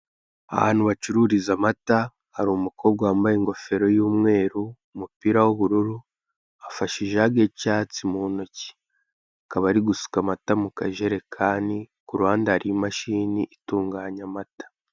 Ahantu bacururiza amata hari umukobwa wambaye ingofero y'umweru, umupira w'ubururu afashe ijage y'icyatsi mu ntoki, akaba ari gusuka amata mukajerekani, kuruhande hari imashini itunganya amata.